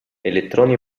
elettroni